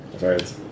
right